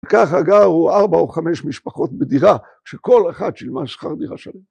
ככה גרו 4 או 5 משפחות בדירה, שכל אחת שילמה שכר דירה שלה.